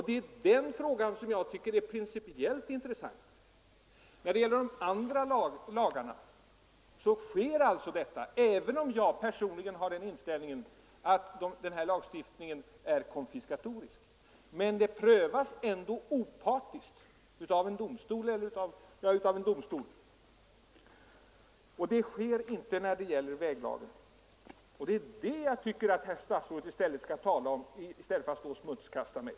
Det är detta jag finner principiellt intressant. När det gäller de andra lagarna sker en sådan prövning, även om jag personligen har den uppfattningen att de är konfiskatoriska. Men den enskildes rätt prövas ändå opartiskt av en domstol, och det sker inte när det gäller väglagen. Jag tycker att herr statsrådet skall tala om det i stället för att smutskasta mig.